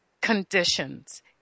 conditions